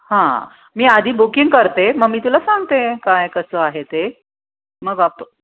हां मी आधी बुकिंग करते मग मी तुला सांगते काय कसं आहे ते मग आप